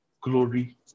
glory